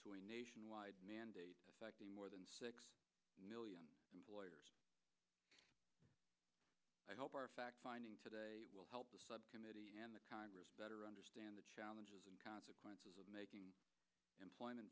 to a nationwide mandate affecting more than six million i hope our fact finding today will help the subcommittee and the congress better understand the challenges and consequences of making employment